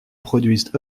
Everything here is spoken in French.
produisent